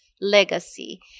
legacy